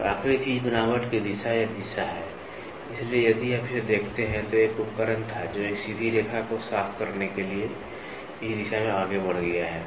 और आखिरी चीज बनावट की दिशा या दिशा है इसलिए यदि आप इसे देखते हैं तो एक उपकरण था जो एक सीधी रेखा को साफ करने के लिए इस दिशा में आगे बढ़ गया है